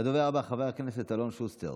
הדובר הבא, חבר הכנסת אלון שוסטר,